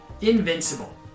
Invincible